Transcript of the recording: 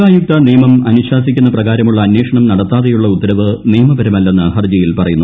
ലോകായുക്തൂനിയുമം അനുശാസിക്കുന്ന പ്രകാരമുള്ള അന്വേഷണം നൂടത്താതെയുള്ള ഉത്തരവ് നിയമപരമല്ലെന്ന് ഹർജിയിൽ ്പറയുന്നു